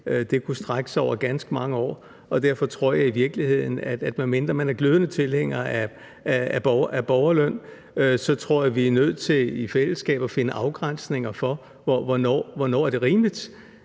kunne strække sig over ganske mange år. Derfor tror jeg i virkeligheden, medmindre man er glødende tilhænger af borgerløn, at vi er nødt til i fællesskab at finde afgrænsninger for, hvornår det er rimeligt,